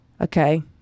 Okay